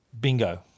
bingo